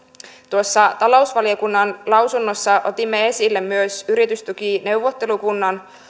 tuossa talousvaliokunnan lausunnossa otimme esille myös yritystukineuvottelukunnan